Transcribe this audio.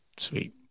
Sweet